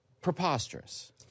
preposterous